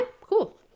cool